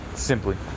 Simply